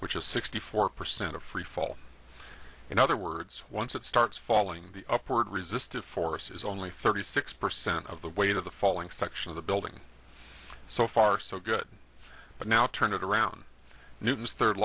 which is sixty four percent of freefall in other words once it starts falling the upward resistive force is only thirty six percent of the weight of the falling section of the building so far so good but now turn it around newton's third